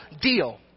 deal